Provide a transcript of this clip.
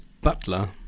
butler